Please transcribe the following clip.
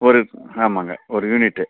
ஒரு ஆமாம்ங்க ஒரு யூனிட்டு